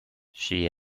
she